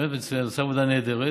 באמת מצוינת, עושה עבודה נהדרת.